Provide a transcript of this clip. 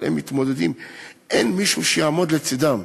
אין מישהו שיעמוד לצדם.